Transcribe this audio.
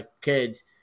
kids